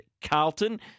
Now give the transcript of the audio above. Carlton